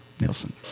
Nielsen